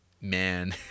man